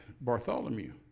Bartholomew